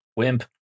Wimp